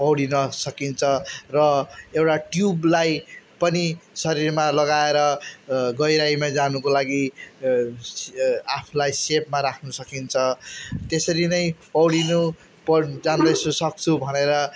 पौडिन सकिन्छ र एउटा ट्युबलाई पनि शरीरमा लगाएर गहिराइमा जानुको लागि आफूलाई सेफमा राख्नु सकिन्छ त्यसरी नै पौडिनु पौड जान्दैछु सक्छु भनेर